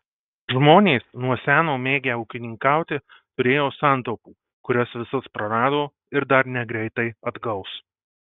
žmonės nuo seno mėgę ūkininkauti turėjo santaupų kurias visas prarado ir dar negreitai atgaus